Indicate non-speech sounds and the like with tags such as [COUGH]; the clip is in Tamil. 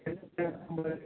[UNINTELLIGIBLE]